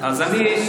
מה זה קשור?